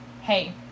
hey